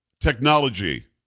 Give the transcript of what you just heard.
technology